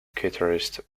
guitarist